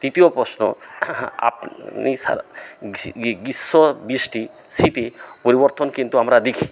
তৃতীয় প্রশ্ন আপনি সারা গ্রীষ্ম বৃষ্টি শীতে পরিবর্তন কিন্তু আমরা দেখি